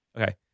okay